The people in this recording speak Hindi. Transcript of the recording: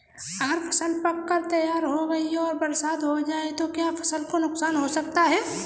अगर फसल पक कर तैयार हो गई है और बरसात हो जाए तो क्या फसल को नुकसान हो सकता है?